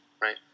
right